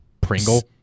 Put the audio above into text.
Pringle